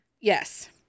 yes